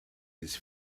his